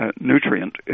nutrient